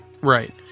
Right